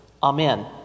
Amen